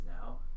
now